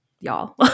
y'all